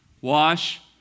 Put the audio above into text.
Wash